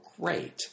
great